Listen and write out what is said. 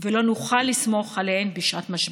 ולא נוכל לסמוך עליהן בשעת משבר.